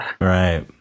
Right